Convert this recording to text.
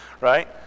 Right